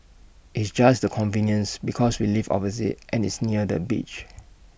it's just the convenience because we live opposite and it's near the beach